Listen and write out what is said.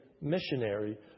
missionary